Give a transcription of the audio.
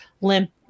limp